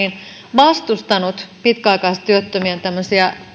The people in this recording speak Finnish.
vastustanut pitkäaikaistyöttömien tämmöisiä